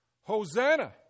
Hosanna